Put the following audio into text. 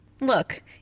Look